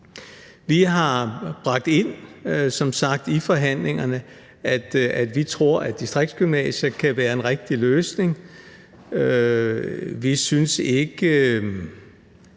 som sagt bragt det ind i forhandlingerne, at vi tror, at distriktsgymnasier kan være en rigtig løsning. Vi synes ikke,